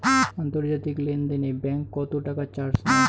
আন্তর্জাতিক লেনদেনে ব্যাংক কত টাকা চার্জ নেয়?